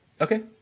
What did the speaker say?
Okay